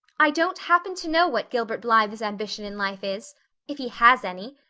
i don't happen to know what gilbert blythe's ambition in life is if he has any,